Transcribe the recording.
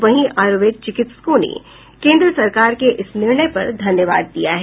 वहीं आयुर्वेद चिकित्सकों ने केंद्र सरकार के इस निर्णय पर धन्यवाद दिया है